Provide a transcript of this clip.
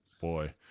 Boy